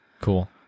Cool